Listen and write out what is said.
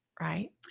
right